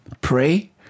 pray